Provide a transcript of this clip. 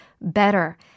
better